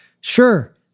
Sure